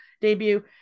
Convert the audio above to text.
debut